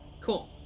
Cool